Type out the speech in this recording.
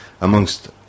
amongst